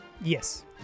Yes